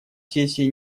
сессии